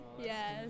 Yes